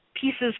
pieces